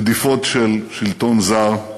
רדיפות של שלטון זר,